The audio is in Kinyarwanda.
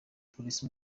polisi